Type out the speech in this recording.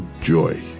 joy